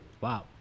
Wow